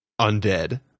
undead